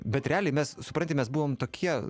bet realiai mes supranti mes buvom tokie